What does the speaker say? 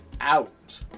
out